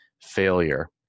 failure